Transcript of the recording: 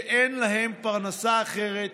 שאין להם פרנסה אחרת,